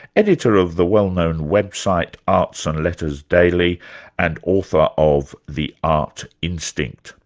editor of the well-known website arts and letters daily and author of the art instinct.